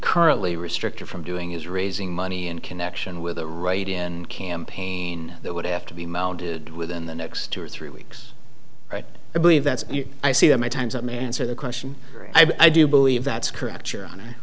currently restricted from doing is raising money in connection with a write in campaign that would have to be mounted within the next two or three weeks right i believe that i see that my time's up may answer the question i do believe that's correct your honor